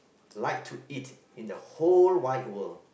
like to eat in the whole wide world